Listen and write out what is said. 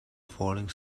falling